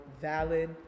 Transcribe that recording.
valid